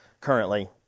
currently